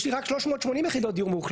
יש לי רק 380 יחידות דיור מאוכלסות.